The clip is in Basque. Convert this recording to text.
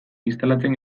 instalatzen